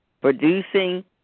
producing